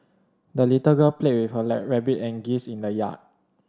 the little girl played with her lie rabbit and geese in the yard